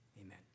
Amen